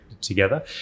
together